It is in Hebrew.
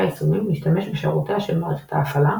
היישומים להשתמש בשירותיה של מערכת ההפעלה,